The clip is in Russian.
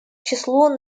числу